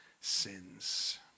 sins